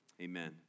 Amen